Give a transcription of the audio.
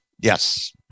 Yes